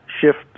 shift